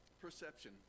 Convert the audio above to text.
perception